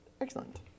Excellent